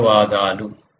ధన్యవాదాలు